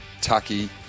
Tucky